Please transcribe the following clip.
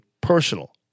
personal